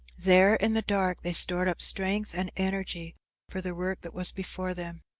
there, in the dark, they stored up strength and energy for the work that was before them.